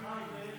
בבקשה אדוני,